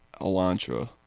elantra